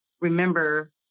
remember